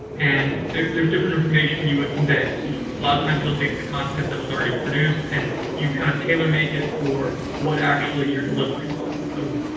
and there's there's different information information you would convey. so, a lot of times you'll take the content that was already produced and you kind of tailor make it for what actually you're delivering on. so,